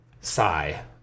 sigh